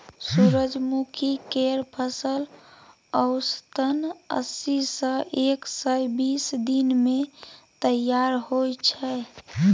सूरजमुखी केर फसल औसतन अस्सी सँ एक सय बीस दिन मे तैयार होइ छै